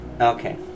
Okay